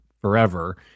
forever